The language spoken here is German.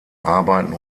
arbeiten